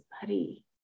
Buddy